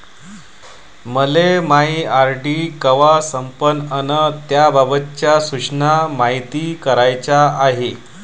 मले मायी आर.डी कवा संपन अन त्याबाबतच्या सूचना मायती कराच्या हाय